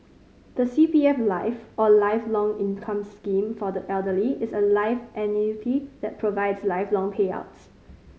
the C P F Life or Lifelong Income Scheme for the Elderly is a life annuity that provides lifelong payouts